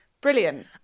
brilliant